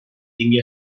tingui